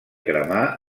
cremar